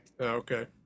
Okay